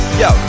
yo